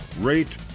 rate